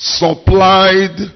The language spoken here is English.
supplied